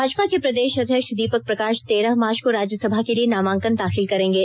भाजपा के प्रदेष अध्यक्ष दीपक प्रकाष तेरह मार्च को राज्यसभा के लिए नामांकन दाखिल करेंगे